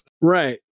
right